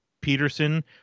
Peterson